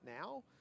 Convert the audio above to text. now